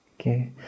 okay